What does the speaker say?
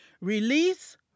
Release